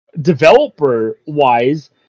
developer-wise